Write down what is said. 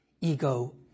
ego